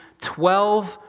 twelve